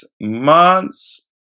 months